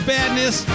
Badness